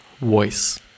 voice